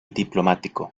diplomático